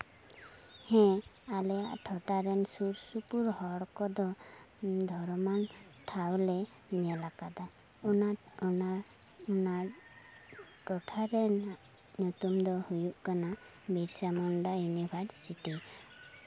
ᱦᱮᱸ ᱟᱞᱮᱭᱟᱜ ᱴᱚᱴᱷᱟᱨᱮᱱ ᱥᱩᱨᱼᱥᱩᱯᱩᱨ ᱦᱚᱲ ᱠᱚᱫᱚ ᱫᱷᱚᱨᱚᱢᱟᱱ ᱴᱷᱟᱶᱞᱮ ᱧᱮᱞ ᱟᱠᱟᱫᱟ ᱚᱱᱟ ᱚᱱᱟ ᱚᱱᱟ ᱴᱚᱴᱷᱟ ᱨᱮᱱᱟᱜ ᱧᱩᱛᱩᱢ ᱫᱚ ᱦᱩᱭᱩᱜ ᱠᱟᱱᱟ ᱵᱤᱨᱥᱟ ᱢᱩᱱᱰᱟ ᱤᱭᱩᱱᱤᱵᱷᱟᱨᱥᱤᱴᱤ